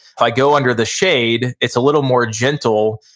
if i go under the shade, it's a little more gentle,